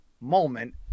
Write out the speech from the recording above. moment